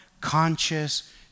conscious